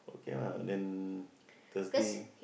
okay lah then Thursday